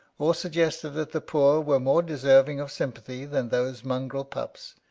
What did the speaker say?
or suggested that the poor were more deserving of sympathy than those mongrel pups,